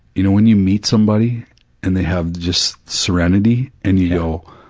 you know when you meet somebody and they have just serenity, and you go,